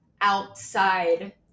outside